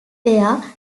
there